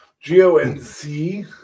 G-O-N-C